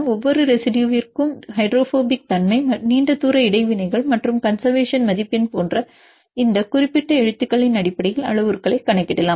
ஒவ்வொரு ரெசிடுயுவிற்கும் ஹைட்ரோபோபிக் தன்மை நீண்ட தூர இடைவினைகள் மற்றும் கன்செர்வேசன் மதிப்பெண் போன்ற இந்த குறிப்பிட்ட எழுத்துக்களின் அடிப்படையில் அளவுருக்களைக் கணக்கிடலாம்